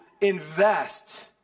invest